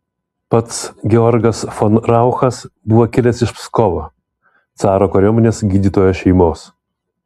pats georgas von rauchas buvo kilęs iš pskovo caro kariuomenės gydytojo šeimos